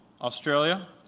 Australia